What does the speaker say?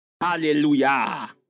Hallelujah